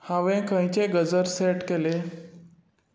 हांवें खंयचें गजर सेट केले